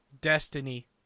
destiny